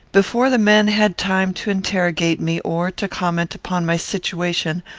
before the men had time to interrogate me, or to comment upon my situation,